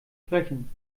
sprechen